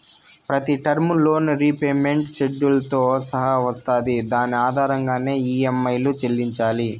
ప్రతి term loan repayment షెడ్యూల్తో సహా వస్తాది దాని ఆధారంగానే ఈ.యం.ఐలు చెల్లించాలి